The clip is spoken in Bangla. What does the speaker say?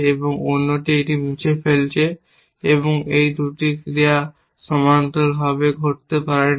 এবং অন্যটি এটি মুছে ফেলছে এবং এই 2টি ক্রিয়া সমান্তরালভাবে ঘটতে পারে না